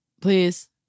Please